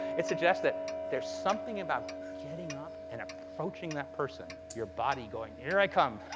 it suggests that there's something about getting up and approaching that person, your body going here i come,